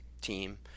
team